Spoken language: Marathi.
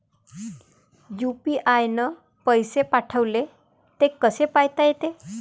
यू.पी.आय न पैसे पाठवले, ते कसे पायता येते?